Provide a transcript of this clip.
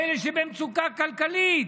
מאלה שבמצוקה כלכלית.